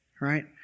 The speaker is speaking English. right